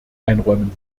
einräumen